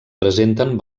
presenten